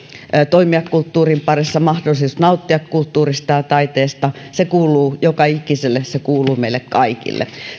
toimia kulttuurin parissa mahdollisuus nauttia kulttuurista ja taiteesta kuuluu joka ikiselle se kuuluu meille kaikille